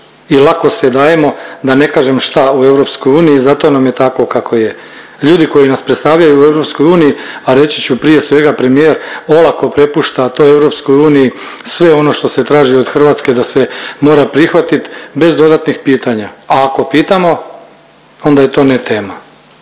i lako se dajemo, da ne kažem šta u EU, zato nam je tako kako je. Ljudi koji nas predstavljaju u EU, a reći ću prije svega premijer olako prepušta to EU sve ono što se traži od Hrvatske da se mora prihvatit bez dodatnih pitanja, a ako pitamo onda je to ne tema.